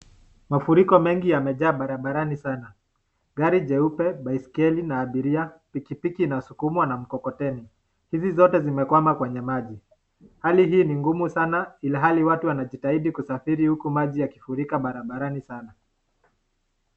Mafuriko mengi yamejaa barabarani sana. Gari jeupe baiskeli na abiria, pikipiki inasukumwa na mkokoteni. Hizi zote zimekwama kwenye maji . Hali hii ni ngumu sana ilhali watu wanajitahidi kusafiri huko maji yakifurika barabarani sana.